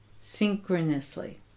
synchronously